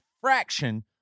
fraction